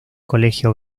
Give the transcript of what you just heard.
colegio